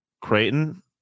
Creighton